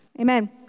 Amen